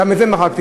גם את זה מחקתי.